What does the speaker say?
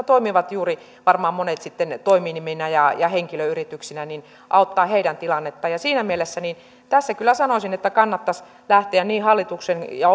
toimivat varmaan monet sitten juuri toiminiminä ja ja henkilöyrityksinä tilannetta siinä mielessä tässä kyllä sanoisin että kannattaisi lähteä hallituksen ja